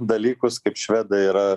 dalykus kaip švedai yra